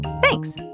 Thanks